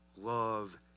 love